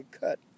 cut